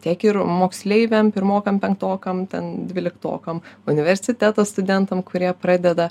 tiek ir moksleiviam pirmokam penktokam ten dvyliktokam universiteto studentam kurie pradeda